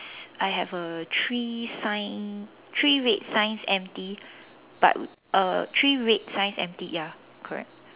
I have a three sign three red signs empty but uh three red signs empty ya correct